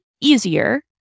easier